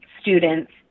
students